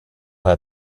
had